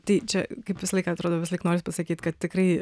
tai čia kaip visą laiką atrodo visąlaik nori pasakyt kad tikrai